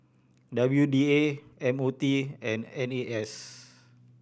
W D A M O T and N A S